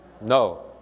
No